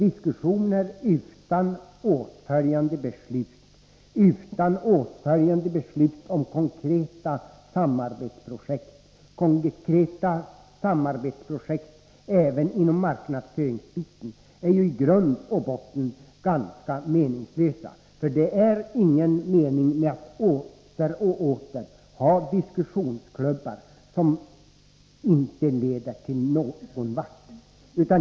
Diskussioner utan åtföljande beslut, om konkreta samarbetsprojekt, även inom marknadsföringsområdet, är ju i grund och botten ganska meningslösa. Det är ingen mening med att åter och åter ha diskussionsklubbar som inte leder någon vart.